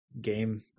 game